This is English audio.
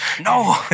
No